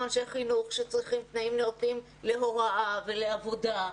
אנשי חינוך שצריכים תנאים נאותים להוראה ולעבודה.